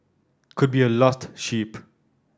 could be a lost sheep